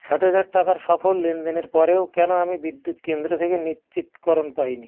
ষাট হাজার টাকার সফল লেনদেনের পরেও কেন আমি বিদ্যুৎ কেন্দ্র থেকে নিশ্চিতকরণ পাইনি